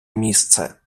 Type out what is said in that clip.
місце